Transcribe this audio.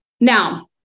Now